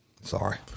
Sorry